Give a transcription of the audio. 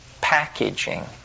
packaging